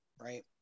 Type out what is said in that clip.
right